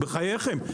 בחייכם,